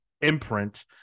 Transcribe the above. imprint